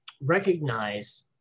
recognize